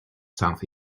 south